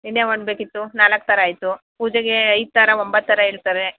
ಇನ್ನು ಯಾವ ಹಣ್ ಬೇಕಿತ್ತು ನಾಲ್ಕು ಥರ ಆಯಿತು ಪೂಜೆಗೆ ಐದು ಥರ ಒಂಬತ್ತು ಥರ ಹೇಳ್ತಾರೆ